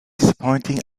disappointing